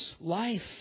life